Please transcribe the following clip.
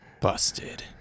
Busted